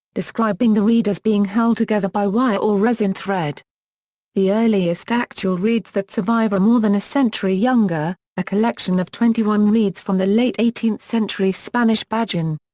describing the reed as being held together by wire or resined thread the earliest actual reeds that survive are more than a century younger, a collection of twenty one reeds from the late eighteenth century spanish bajon.